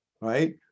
right